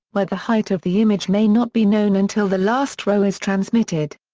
where the height of the image may not be known until the last row is transmitted.